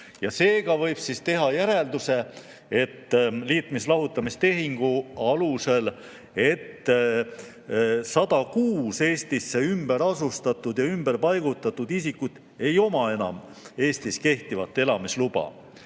Seega võib teha järelduse, liitmis‑lahutamistehte alusel, et 106 Eestisse ümberasustatud ja ümberpaigutatud isikul ei ole enam Eestis kehtivat elamisluba.